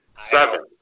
Seven